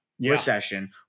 recession